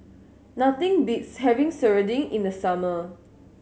nothing beats having serunding in the summer